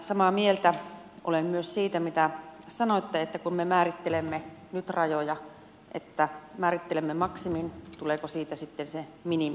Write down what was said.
samaa mieltä olen myös siitä mitä sanoitte että kun me määrittelemme nyt rajoja määrittelemme maksimin niin tuleeko siitä sitten se minimi